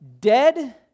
Dead